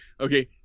Okay